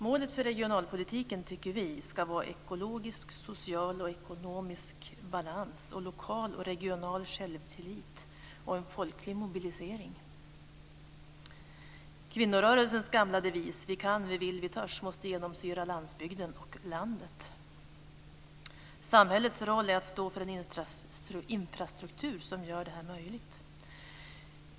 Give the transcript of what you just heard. Målet för regionalpolitiken tycker vi ska vara ekologisk, social och ekonomisk balans, lokal och regional självtillit och en folklig mobilisering. Kvinnorörelsens gamla devis - Vi kan, vi vill, vi törs - måste genomsyra landsbygden och landet. Samhällets roll är att stå för en infrastruktur som gör det möjligt.